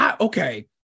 Okay